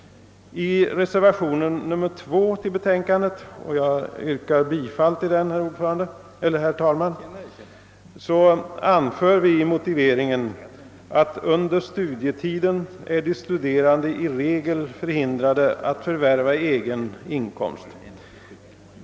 I reservationen 2, som jag yrkar bifall till, anför vi reservanter i motiveringen: »Under studietiden är de studerande i regel förhindrade att förvärva egen inkomst.